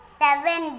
seven